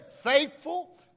faithful